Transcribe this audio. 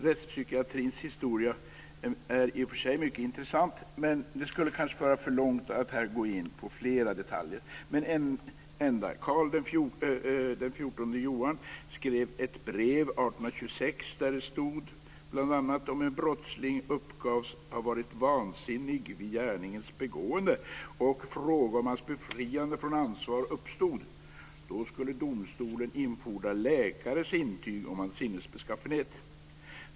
Rättspsykiatrins historia är i och för sig mycket intressant men det skulle kanske föra för långt att här gå in på fler detaljer. Ett enda exempel ska jag dock ta. Carl XIV Johan skrev ett brev år 1826 där det stod bl.a. att "om en brottsling uppgavs ha varit vansinnig vid gärningens begående och fråga om hans befriande från ansvar uppstod, så skulle domstolen infordra läkares intyg om hans sinnesbeskaffenhet.